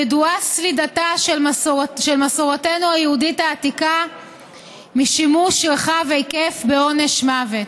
ידועה סלידתה של מסורתנו היהודית העתיקה משימוש רחב היקף בעונש מוות.